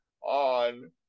on